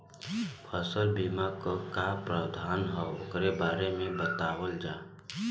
फसल बीमा क का प्रावधान हैं वोकरे बारे में बतावल जा?